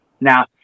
Now